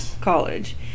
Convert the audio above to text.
college